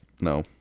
No